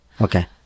Okay